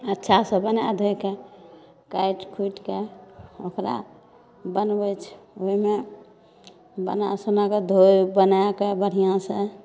अच्छा से बनाए धोए कऽ काटि खोटिके ओकरा बनबैत छै ओहिमे बना सोनाके धोइ बनाएके बढ़िआँ से